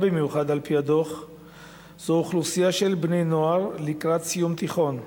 במיוחד על-פי הדוח זו אוכלוסייה של בני-נוער לקראת סיום תיכון,